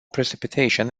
precipitation